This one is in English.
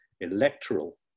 electoral